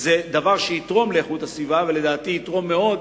היא דבר שיתרום לאיכות הסביבה, ולדעתי יתרום מאוד.